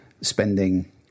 spending